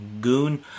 Goon